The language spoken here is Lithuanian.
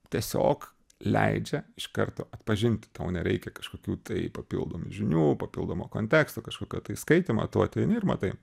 tiesiog leidžia iš karto atpažint tau nereikia kažkokių tai papildomų žinių papildomo konteksto kažkokio tai skaitymo tu ateini ir matai